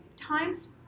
times